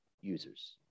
users